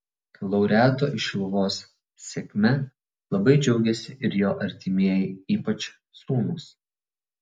laureato iš šiluvos sėkme labai džiaugėsi ir jo artimieji ypač sūnūs